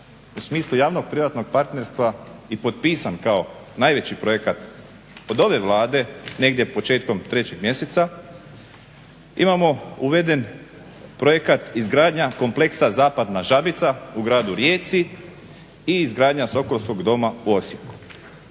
u smislu javno-privatnog partnerstva i potpisan kao najveći projekat od ove Vlade negdje početkom 3 mjeseca. Imamo uveden projekat izgradnja kompleksa zapadna Žabica u Gradu Rijeci i izgradnja sokolskog doma u Osijeku.